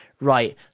Right